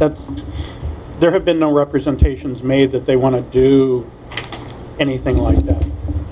that there have been no representations made that they want to do anything like